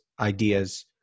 Ideas